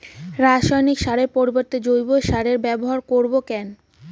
রাসায়নিক সারের পরিবর্তে জৈব সারের ব্যবহার করব কেন?